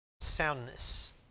soundness